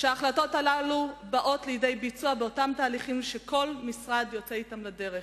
שההחלטות הללו באות לידי ביצוע באותם תהליכים שכל משרד יוצא אתם לדרך.